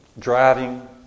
driving